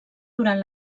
durant